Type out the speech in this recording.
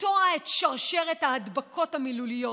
לקטוע את שרשרת ההדבקות המילוליות.